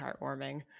heartwarming